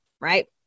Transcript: right